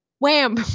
Wham